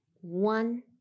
one